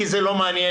כי זה לא מעניין,